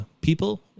people